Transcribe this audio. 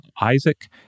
Isaac